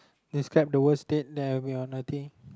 describe the worst date that we have nothing